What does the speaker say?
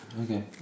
Okay